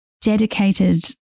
dedicated